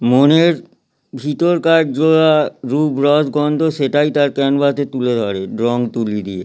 মনের ভিতরকার যে রূপ রস গন্ধ সেটাই তার ক্যানভাসে তুলে ধরে রঙ তুলি দিয়ে